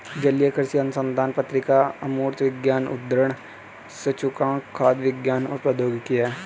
जलीय कृषि अनुसंधान पत्रिका अमूर्त विज्ञान उद्धरण सूचकांक खाद्य विज्ञान और प्रौद्योगिकी है